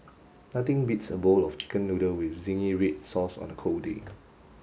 nothing beats a bowl of chicken noodle with zingy red sauce on a cold day